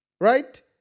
Right